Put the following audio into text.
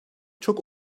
çok